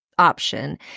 option